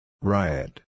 Riot